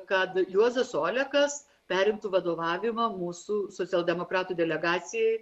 kad juozas olekas perimtų vadovavimą mūsų socialdemokratų delegacijai